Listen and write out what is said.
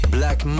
Black